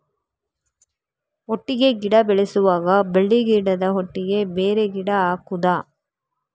ಒಟ್ಟಿಗೆ ಗಿಡ ಬೆಳೆಸುವಾಗ ಬಳ್ಳಿ ಗಿಡದ ಒಟ್ಟಿಗೆ ಬೇರೆ ಗಿಡ ಹಾಕುದ?